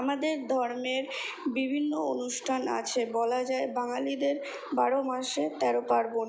আমাদের ধর্মের বিভিন্ন অনুষ্ঠান আছে বলা যায় বাঙালিদের বারো মাসে তেরো পার্বণ